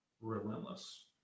relentless